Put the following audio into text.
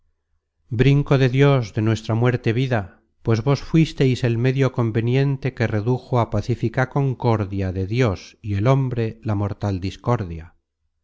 brinco de dios de nuestra muerte vida pues vos fuisteis el medio conveniente que redujo á pacífica concordia de dios y el hombre la mortal discordia